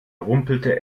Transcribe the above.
rumpelte